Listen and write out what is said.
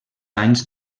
anys